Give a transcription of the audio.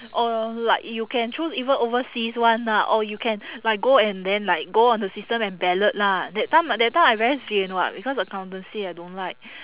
or like you can choose even overseas one lah or you can like go and then like go on the system and ballot lah that time I that time I very sian [what] because accountancy I don't like